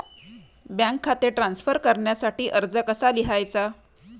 Bank खाते transfer करण्यासाठी अर्ज कसा लिहायचा?